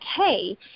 okay